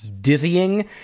dizzying